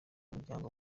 umuryango